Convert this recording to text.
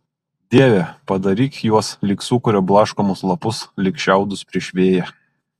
dieve padaryk juos lyg sūkurio blaškomus lapus lyg šiaudus prieš vėją